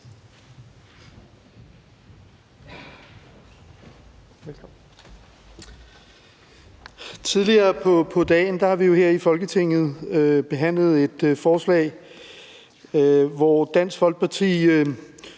Tidligere på dagen har vi her i Folketinget behandlet et forslag, hvor Dansk Folkeparti